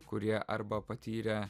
kurie arba patyrę